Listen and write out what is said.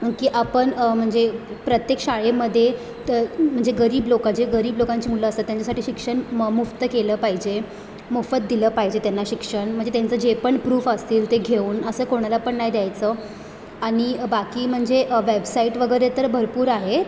की आपण म्हणजे प्रत्येक शाळेमध्ये तर म्हणजे गरीब लोक जे गरीब लोकांची मुलं असतात त्यांच्यासाठी शिक्षण म मुफ्त केलं पाहिजे मोफत दिलं पाहिजे त्यांना शिक्षण म्हणजे त्यांचं जे पण प्रूफ असतील ते घेऊन असं कोणाला पण नाही द्यायचं आणि बाकी म्हणजे वेबसाईट वगैरे तर भरपूर आहेत